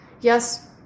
yes